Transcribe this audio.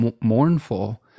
mournful